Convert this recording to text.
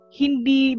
hindi